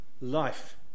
life